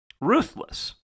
ruthless